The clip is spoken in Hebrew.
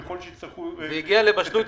ככל שיצטרכו --- זה הגיע לבשלות,